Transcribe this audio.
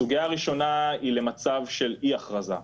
הסוגיה הראשונה היא למצב של אי הכרזה,